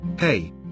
Hey